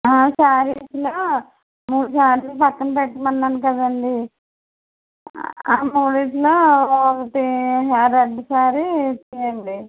శారీస్లో మూడు శారీలు పక్కన పెట్టమన్నాను కదండి ఆ మూడింటిలో ఒకటి ఆ రెడ్ శారీ ఇచ్చేయండి